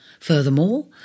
Furthermore